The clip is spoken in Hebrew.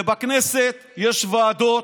בכנסת יש ועדות,